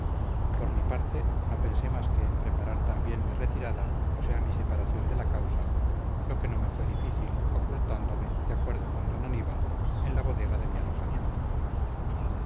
por mi parte no pensé más que en preparar también mi retirada o sea mi separación de la causa lo que no me fue difícil ocultándome de acuerdo con d aníbal en la bodega de mi alojamiento